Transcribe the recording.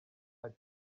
ati